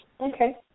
Okay